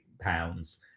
pounds